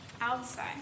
outside